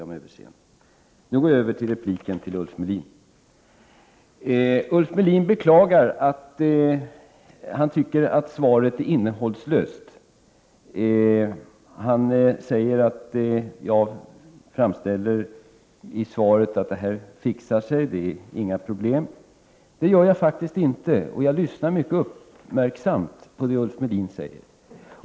Nu övergår jag till att kommentera Ulf Melins inlägg. Han beklagade att svaret är innehållslöst. Han sade att jag i mitt svar antyder att detta kommer att fixa sig och att det inte föreligger några problem. Men det gör jag faktiskt inte, och jag lyssnade mycket uppmärksamt på det som Ulf Melin sade.